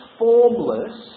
formless